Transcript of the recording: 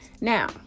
Now